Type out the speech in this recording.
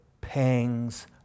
pangs